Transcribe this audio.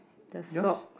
the salt